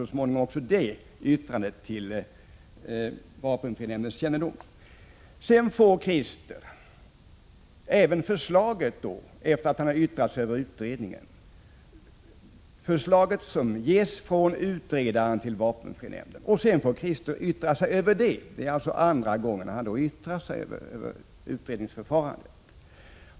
Så småningom kommer även detta yttrande till vapenfrinämndens kännedom. Krister får även se förslaget som ges från utredaren till vapenfrinämnden I och han får yttra sig även över det. Det är andra gången han får yttra sig över utredningsförfarandet.